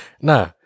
Nah